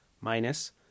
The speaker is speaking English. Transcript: minus